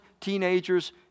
teenagers